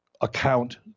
account